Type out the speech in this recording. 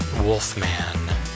Wolfman